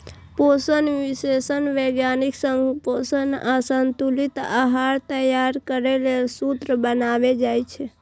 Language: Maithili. पोषण विशेषज्ञ वैज्ञानिक संग पोषक आ संतुलित आहार तैयार करै लेल सूत्र बनाबै छै